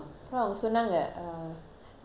அந்த:antha prissy told you is it